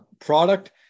product